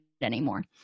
anymore